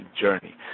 journey